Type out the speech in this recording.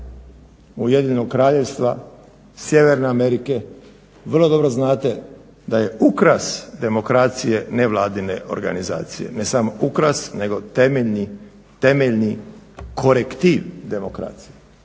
Ujedinjenog Kraljevstva, Sjeverne Amerike, vrlo dobro znate da je ukras demokracije nevladine organizacije. Ne samo ukras nego temeljni korektiv demokracije.